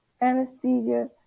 anesthesia